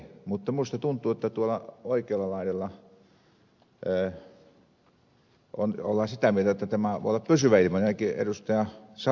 mutta minusta tuntuu että tuolla oikealla laidalla ollaan sitä mieltä että tämä voi olla pysyvä ilmiökin